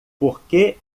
porque